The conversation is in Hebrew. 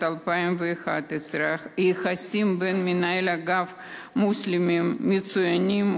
2011. היחסים בין מנהל האגף למוסלמים מצוינים,